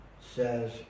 says